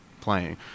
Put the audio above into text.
playing